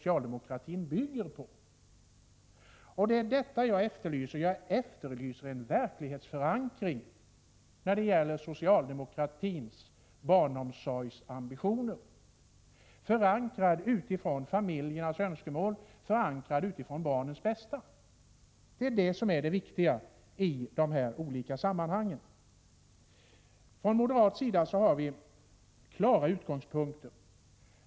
Vad jag efterlyser i socialdemokratins barnomsorgsambitioner är en verklighetsförankring, en förankring i familjernas önskemål och i barnens bästa. Det är det viktiga i dessa sammanhang. Från moderat sida har vi klara utgångspunkter.